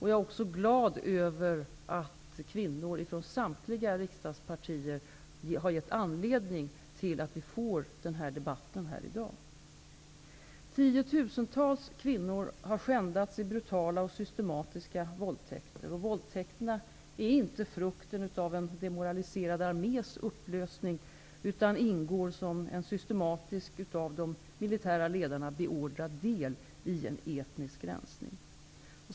Jag är också glad över att kvinnor från samtliga riksdagspartier har gett anledning till att vi får denna debatt här i dag. Tiotusentals kvinnor har skändats i brutala och systematiska våldtäkter. Våldtäkterna är inte frukten av en demoraliserad armés upplösning, utan ingår som en systematisk, av de militära ledarna beordrad del i en etnisk rensning.